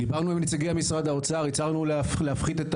דיברנו עם נציגי משרד האוצר והצענו להפחית את